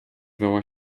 wała